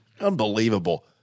Unbelievable